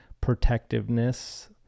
protectiveness